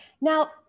Now